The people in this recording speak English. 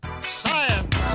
science